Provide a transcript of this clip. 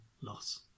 loss